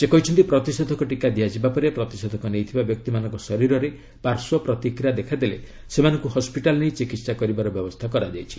ସେ କହିଛନ୍ତି ପ୍ରତିଷେଧକ ଟିକା ଦିଆଯିବା ପରେ ପ୍ରତିଷେଧକ ନେଇଥିବା ବ୍ୟକ୍ତିମାନଙ୍କ ଶରୀରରେ ପାର୍ଶ୍ୱ ପ୍ରତ୍ରିକିୟା ଦେଖାଦେଲେ ସେମାନଙ୍କୁ ହସ୍କିଟାଲ୍ ନେଇ ଚିକିତ୍ସା କରିବାର ବ୍ୟବସ୍ଥା କରାଯାଇଛି